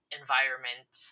environment